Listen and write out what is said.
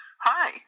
Hi